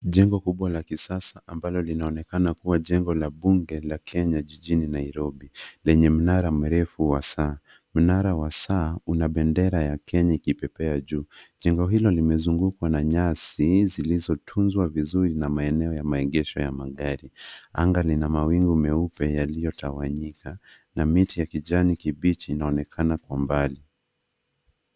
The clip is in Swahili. Jengo kubwa la kisasa ambalo linaonekana kuwa jengo la bunge la Kenya jijini Nairobi yenye mnara mrefu wa saa. Mnara wa saa una bendera ya Kenya ikipepea juu. Jengo hilo limezungukwa na nyasi zilizotunzwa vizuri na maeneo ya maegesho ya magari. Anga lina mawingu meupe yaliyotawanyika na miti ya kijani kibichi inaonekana kwa mbali.